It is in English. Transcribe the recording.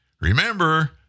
Remember